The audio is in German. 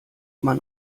man